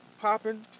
popping